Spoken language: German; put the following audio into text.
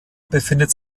befindet